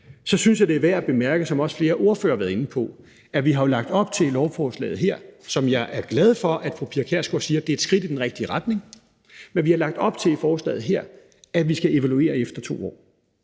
synes jeg, det er værd at bemærke, som også flere ordførere har været inde på, at vi jo i lovforslaget her har lagt op til – som jeg er glad for at fru Pia Kjærsgaard siger er et skridt i den rigtige retning – at vi skal evaluere efter 2 år.